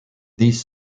these